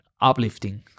uplifting